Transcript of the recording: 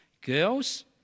girls